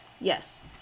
Yes